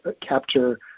capture